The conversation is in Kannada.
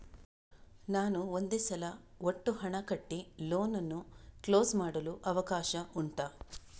ನಾನು ಒಂದೇ ಸಲ ಒಟ್ಟು ಹಣ ಕಟ್ಟಿ ಲೋನ್ ಅನ್ನು ಕ್ಲೋಸ್ ಮಾಡಲು ಅವಕಾಶ ಉಂಟಾ